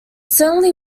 certainly